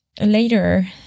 Later